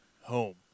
home